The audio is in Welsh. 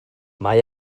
mae